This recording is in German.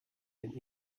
den